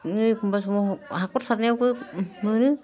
नों एखमबा समाव हाखर सारनायावबो मोनो